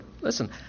Listen